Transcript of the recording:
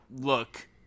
look